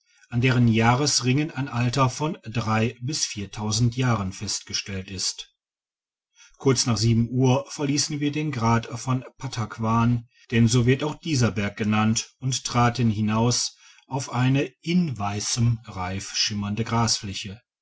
an deren jahresringen ein alter von drei bis vier jahren festgestellt ist kurz nach uhr verliessen wir den grat von pattakwan denn so wird auch dieser berg genannt und traten hinaus auf eine in weissem reif schimmernde grasfläche